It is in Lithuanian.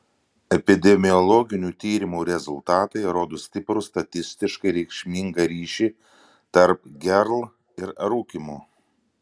epidemiologinių tyrimų rezultatai rodo stiprų statistiškai reikšmingą ryšį tarp gerl ir rūkymo